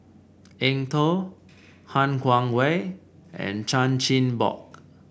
Eng Tow Han Guangwei and Chan Chin Bock